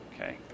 Okay